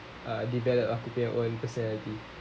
err develop aku punya own personality